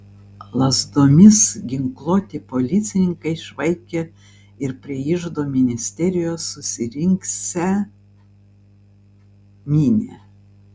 lazdomis ginkluoti policininkai išvaikė ir prie iždo ministerijos susirinksią minią